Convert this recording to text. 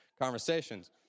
conversations